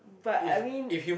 but I mean